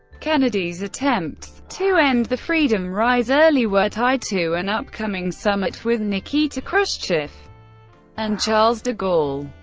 kennedy's attempts to end the freedom rides early were tied to an upcoming summit with nikita khrushchev and charles de gaulle.